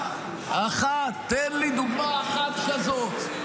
אחת, תן לי דוגמה אחת כזו.